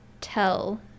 tell